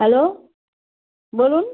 hello বলুন